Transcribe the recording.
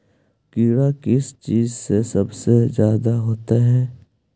कीड़ा किस चीज से सबसे ज्यादा होता है?